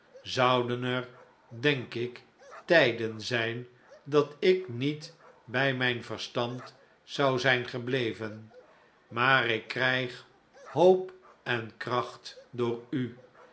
zouden er denk ik tijden zijn dat ik niet bij mijn verstand zou zijn gebleven maar ik krijg hoop en kracht door u